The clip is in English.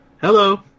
Hello